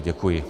Děkuji.